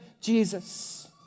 Jesus